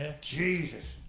Jesus